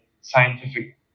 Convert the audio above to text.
scientific